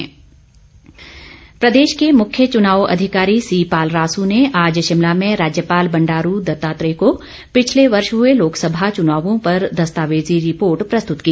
राज्यपाल प्रदेश के मुख्य चुनाव अधिकारी सीपाल रासू ने आज शिमला में राज्यपाल बंडारू दत्तात्रेय को पिछले वर्ष हुए लोकसभा चुनावों पर दस्तावेजी रिपोर्ट प्रस्तुत की